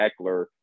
Eckler